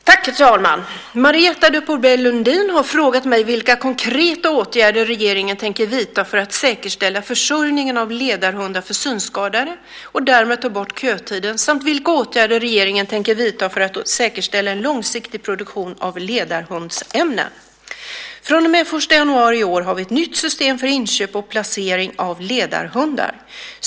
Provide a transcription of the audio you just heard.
Herr talman! Marietta de Pourbaix-Lundin har frågat mig vilka konkreta åtgärder regeringen tänker vidta för att säkerhetsställa försörjningen av ledarhundar för synskadade och därmed ta bort kötiden samt vilka åtgärder regeringen tänker vidta för att säkerställa en långsiktig produktion av ledarhundsämnen. Från och med den 1 januari i år har vi ett nytt system för inköp och placering av ledarhundar.